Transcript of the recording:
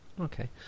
Okay